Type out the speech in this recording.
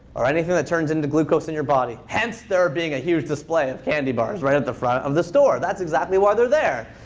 or anything that turns into glucose in your body, hence there being a huge display of candy bars right at the front of the store. that's exactly why they're there.